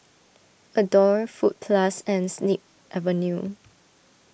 Adore Fruit Plus and Snip Avenue